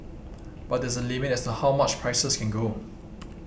but there's a limit as how much prices can go